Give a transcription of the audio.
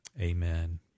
Amen